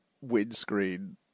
windscreen